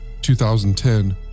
2010